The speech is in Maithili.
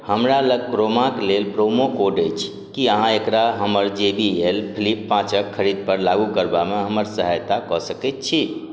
हमरालग क्रोमाके लेल प्रोमोकोड अछि कि अहाँ एकरा हमर जे बी एल फ्लिप पाँचके खरिदपर लागू करबामे हमर सहायता कऽ सकै छी